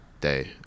day